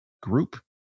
group